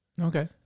Okay